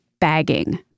bagging